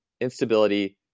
instability